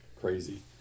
crazy